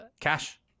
Cash